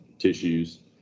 tissues